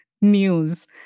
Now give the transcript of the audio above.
news